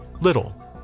...little